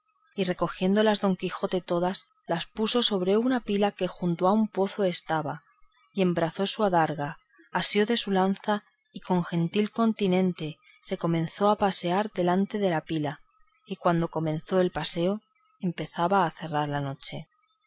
y recogiéndolas don quijote todas las puso sobre una pila que junto a un pozo estaba y embrazando su adarga asió de su lanza y con gentil continente se comenzó a pasear delante de la pila y cuando comenzó el paseo comenzaba a cerrar la noche